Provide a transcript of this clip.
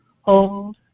hold